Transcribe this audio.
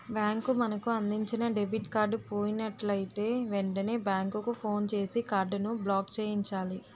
bank మనకు అందించిన debit card పోయినట్లయితే వెంటనే బ్యాంకుకు ఫోన్ చేసి కార్డును బ్లాక్చేయించాలి